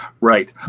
Right